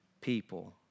people